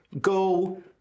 go